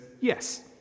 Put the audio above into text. yes